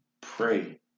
pray